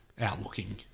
out-looking